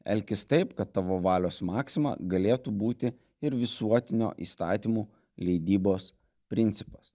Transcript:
elkis taip kad tavo valios maksima galėtų būti ir visuotinio įstatymų leidybos principas